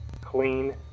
clean